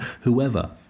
whoever